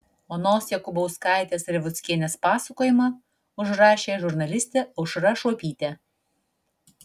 onos jakubauskaitės revuckienės pasakojimą užrašė žurnalistė aušra šuopytė